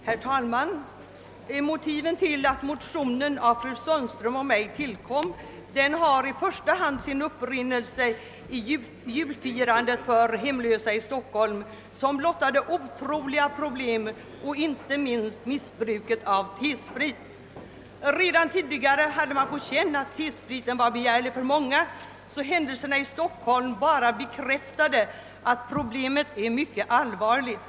Herr talman! Motionen av fru Sundström och mig har i första hand sin upprinnelse i julfesten för hemlösa i Stockholm, som blottade åtskilliga problem inte minst med missbruk av T sprit. Redan tidigare hade man på känn att T-spriten var begärlig för många, varför händelserna i Stockholm bara bekräftade att problemet är mycket allvarligt.